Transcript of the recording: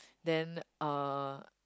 then uh